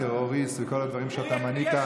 "טרוריסט" וכל הדברים שאתה מנית.